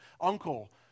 uncle